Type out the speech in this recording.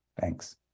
thanks